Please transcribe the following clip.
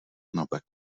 naopak